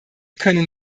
können